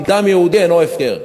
כי דם יהודי אינו הפקר.